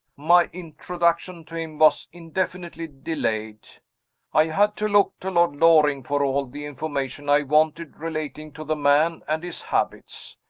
my introduction to him was indefinitely delayed i had to look to lord loring for all the information i wanted relating to the man and his habits.